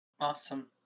Awesome